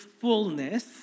fullness